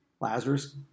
Lazarus